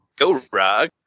Gorog